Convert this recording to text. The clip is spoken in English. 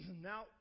Now